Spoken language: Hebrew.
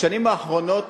בשנים האחרונות